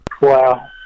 wow